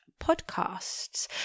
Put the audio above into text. podcasts